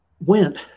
went